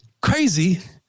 crazy